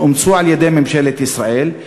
שאומצו על-ידי ממשלת ישראל,